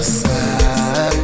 side